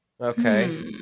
Okay